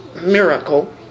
miracle